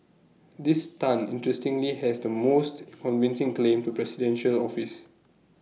this Tan interestingly has the most convincing claim to presidential office